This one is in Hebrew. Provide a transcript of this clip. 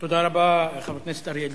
תודה רבה לחבר הכנסת אריה אלדד.